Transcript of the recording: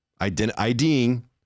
IDing